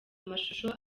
amashusho